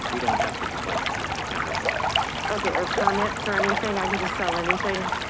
we don't have business licenses in the county of santa cruz. okay, or permits or anything. i can just sell anything.